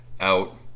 out